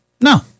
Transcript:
no